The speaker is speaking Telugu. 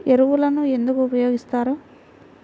ఎరువులను ఎందుకు ఉపయోగిస్తారు?